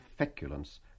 feculence